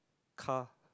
car